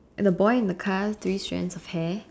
and the boy and the car three strands of hair